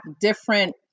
different